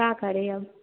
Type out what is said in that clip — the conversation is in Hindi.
क्या करें अब